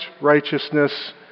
righteousness